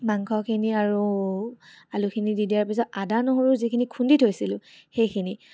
মাংসখিনি আৰু আলুখিনি দি দিয়াৰ পিছত আদা নহৰু যিখিনি খুন্দি থৈছিলোঁ সেইখিনি